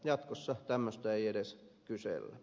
jatkossa tämmöistä ei edes kysellä